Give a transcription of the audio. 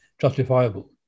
justifiable